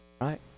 Right